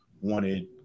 wanted